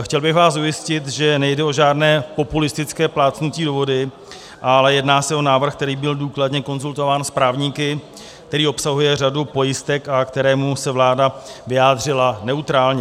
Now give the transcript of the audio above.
Chtěl bych vás ujistit, že nejde o žádné populistické plácnutí do vody, ale jedná se o návrh, který byl důkladně konzultován s právníky, který obsahuje řadu pojistek a ke kterému se vláda vyjádřila neutrálně.